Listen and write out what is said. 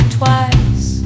twice